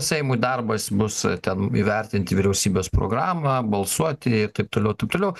seimui darbas bus ten įvertinti vyriausybės programą balsuoti ir taip toliau taip toliau